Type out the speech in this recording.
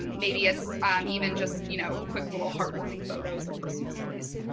maybe it's even just you know quick little heartwarming photos or personal stories